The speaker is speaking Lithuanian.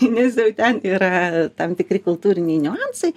nes jau ten yra tam tikri kultūriniai niuansai